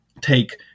take